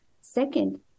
Second